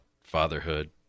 fatherhood